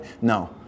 no